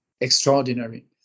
extraordinary